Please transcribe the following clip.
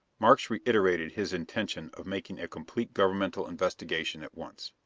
markes reiterated his intention of making a complete governmental investigation at once.